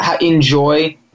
enjoy